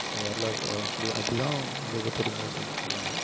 ஒரு வரலாறு அப்படி அப்படி தான் இங்கே இருக்க பெரியவங்களும் சொல்லிகிட்ருக்காங்க